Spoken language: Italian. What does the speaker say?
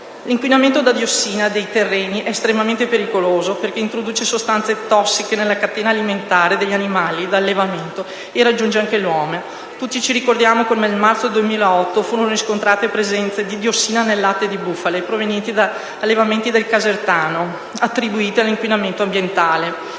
L'inquinamento da diossina dei terreni è estremamente pericoloso perché introduce sostanze tossiche nella catena alimentare degli animali da allevamento e raggiunge anche l'uomo. Tutti ci ricordiamo come nel marzo 2008 furono riscontrate presenze di diossina nel latte di bufale provenienti da allevamenti del casertano, attribuite all'inquinamento ambientale.